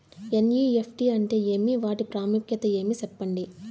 NEFT అంటే ఏమి వాటి ప్రాముఖ్యత ఏమి? సెప్పండి?